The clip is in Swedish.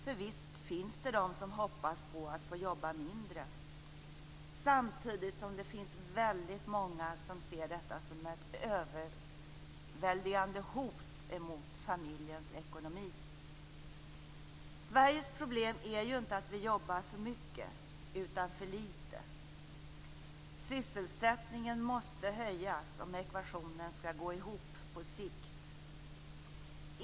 För visst finns det de som hoppas få jobba mindre, samtidigt som väldigt många ser detta som ett överväldigande hot mot familjens ekonomi. Sveriges problem är inte att vi jobbar för mycket utan för litet. Sysselsättningen måste höjas om ekvationen skall gå ihop på sikt.